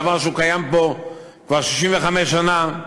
דבר שקיים פה כבר 65 שנה,